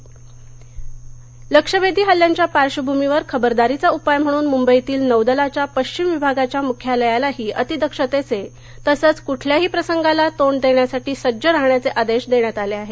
अतिदक्षता या लक्ष्यभेदी हल्ल्यांच्या पाश्र्वभूमीवर खबरदारीचा उपाय म्हणून मुंबईतील नौदलाच्या पश्चिम विभागाच्या मुख्यालयालाही अतिदक्षतेचे तसंच कुठल्याही प्रसंगाला तोंड देण्यासाठी सज्ज राहण्याचे आदेश देण्यात आले आहेत